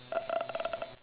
uh